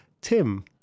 Tim